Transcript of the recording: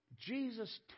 Jesus